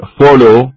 follow